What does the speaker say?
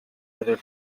other